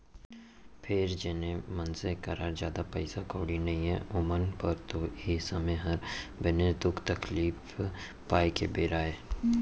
फेर जेन मनसे करा जादा पइसा कउड़ी नइये ओमन बर तो ए समे हर बनेच दुख तकलीफ पाए के बेरा अय